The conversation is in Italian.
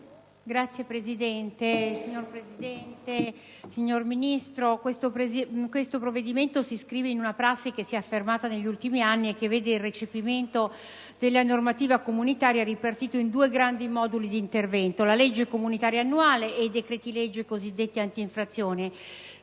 *(PdL)*. Signora Presidente, signor Ministro, il provvedimento in esame si inscrive in una prassi che si è affermata negli ultimi anni e che vede il recepimento della normativa comunitaria ripartito in due grandi moduli di intervento: la legge comunitaria annuale e i decreti-legge cosiddetti antinfrazioni.